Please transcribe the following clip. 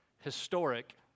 historic